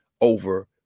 over